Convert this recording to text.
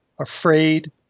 afraid